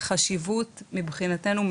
מבחינתנו,